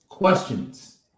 questions